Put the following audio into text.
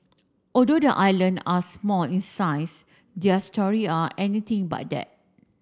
although the island are small in size their story are anything but that